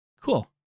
Cool